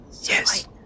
Yes